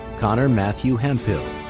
conner mathew hemphill.